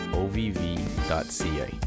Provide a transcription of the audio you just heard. ovv.ca